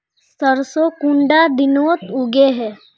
सरसों कुंडा दिनोत उगैहे?